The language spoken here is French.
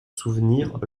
souvenir